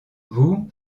vous